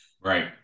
Right